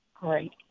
Great